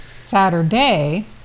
Saturday